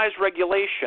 regulation